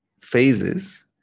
phases